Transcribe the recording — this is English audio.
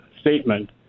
statement